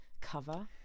Cover